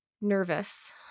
nervous